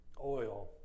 oil